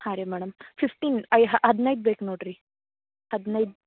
ಹಾಂ ರೀ madam fifteen ಐ ಹದಿನೈದು ಬೇಕು ನೋಡಿರಿ ಹದಿನೈದು